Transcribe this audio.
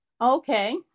Okay